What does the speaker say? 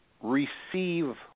receive